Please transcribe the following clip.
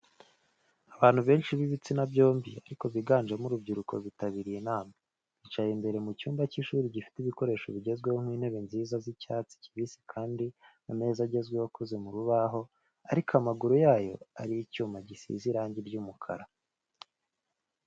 Abantu benshi b'ibitsina byombi ariko biganjemo urubyiruko bitabiriye inama, bicaye imbere mu cyumba cy’ishuri gifite ibikoresho bigezweho nk'intebe nziza z'icyatsi kibisi kandi hari ameza agezweho akoze mu rubaho ariko amaguru yayo ari icyuma gisize irangi ry'umukara.